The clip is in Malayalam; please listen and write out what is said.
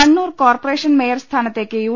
കണ്ണൂർ കോർപ്പറേഷൻ മേയർ സ്ഥാനത്തേക്ക് യു